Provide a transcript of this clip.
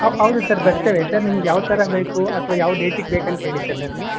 ಹ ಹೌದು ಸರ್ ಬರ್ತೇವೆ ಸರ್ ನಿಮಗೆ ಯಾವ ಥರ ಬೇಕು ಅಥವಾ ಯಾವ ಡೇಟಿಗೆ ಬೇಕಂತ್ಹೇಳಿ ಸರ್ ನಮಗೆ